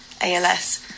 ALS